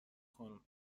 خانم